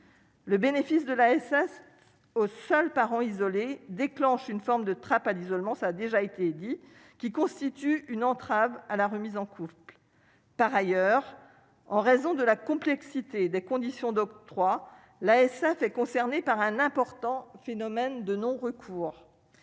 Le bénéfice de l'ASS au seul parent isolé déclenche une forme de trappe à l'isolement, ça a déjà été dit qui constitue une entrave à la remise en couple, par ailleurs, en raison de la complexité des conditions d'octroi l'ASF est concernée par un important phénomène de non-recours